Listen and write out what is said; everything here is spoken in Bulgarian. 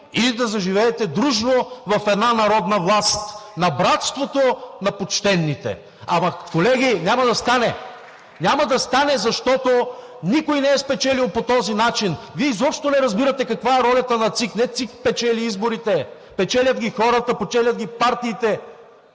и да заживеете дружно в една народна власт на братството на почтените. Ама, колеги, няма да стане. Няма да стане, защото никой не е спечелил по този начин. Вие изобщо не разбирате каква е ролята на ЦИК. Не ЦИК печели изборите, печелят ги хората, печелят ги партиите.